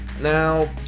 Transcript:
Now